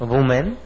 Women